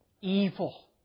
Evil